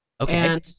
Okay